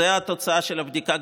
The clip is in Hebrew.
זו התוצאה של הבדיקה.